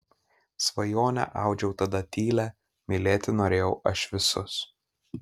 svajonę audžiau tada tylią mylėti norėjau aš visus